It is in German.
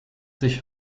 sich